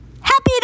Happy